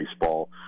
baseball